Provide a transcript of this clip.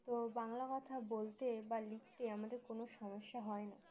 তো বাংলা কথা বলতে বা লিখতে আমাদের কোনো সমস্যা হয় না